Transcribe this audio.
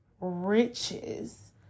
Riches